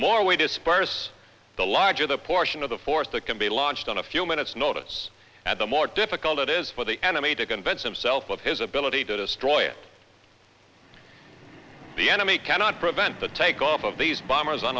more we disperse the larger the portion of the force that can be launched on a few minutes notice that the more difficult it is for the enemy to convince himself of his ability to destroy it the enemy cannot prevent the takeoff of these bombers on